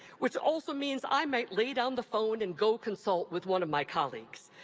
which also means i might lay down the phone and go consult with one of my colleagues.